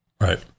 right